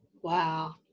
Wow